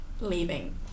leaving